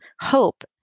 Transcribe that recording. hope